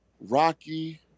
Rocky